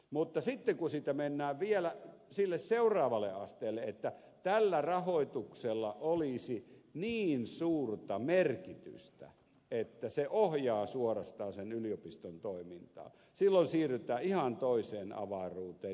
mutta sitten kun siitä mennään vielä sille seuraavalle asteelle että tällä rahoituksella olisi niin suurta merkitystä että se ohjaa suorastaan sen yliopiston toimintaa silloin siirrytään ihan toiseen avaruuteen